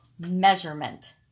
measurement